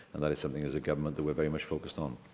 and that is something as a government that weire very much focused on.